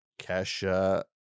Kesha